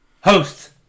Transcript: Host